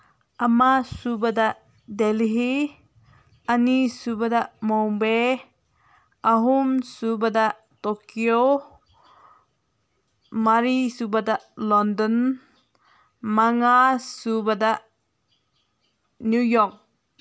ꯑꯃꯁꯨꯕꯗ ꯗꯦꯜꯍꯤ ꯑꯅꯤꯁꯨꯕꯗ ꯕꯣꯝꯕꯦ ꯑꯍꯨꯝꯁꯨꯕꯗ ꯇꯣꯛꯀꯤꯌꯣ ꯃꯔꯤꯁꯨꯕꯗ ꯂꯟꯗꯟ ꯃꯉꯥꯁꯨꯕꯗ ꯅ꯭ꯌꯨ ꯌꯣꯛ